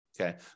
Okay